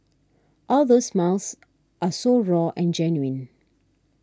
all those smiles are so raw and genuine